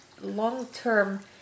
long-term